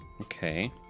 Okay